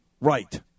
right